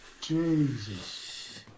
jesus